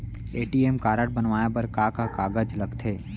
ATM card बनवाये बर का का कागज लगथे?